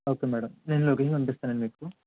okay madam నేను location పంపిస్తానండి మీకు